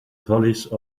police